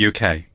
UK